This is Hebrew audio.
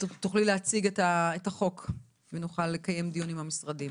תוכלי להציג את החוק ונוכל לקיים דיון עם המשרדים.